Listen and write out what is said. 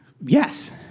Yes